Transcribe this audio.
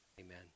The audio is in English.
Amen